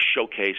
showcase